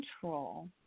control